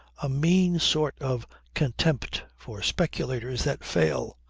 a mean sort of contempt for speculators that fail,